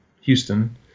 Houston